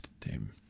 team